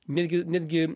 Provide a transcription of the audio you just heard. netgi netgi